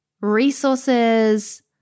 resources